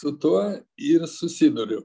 su tuo ir susiduriu